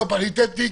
לא פריטטי.